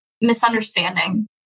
misunderstanding